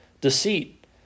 deceit